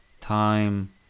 time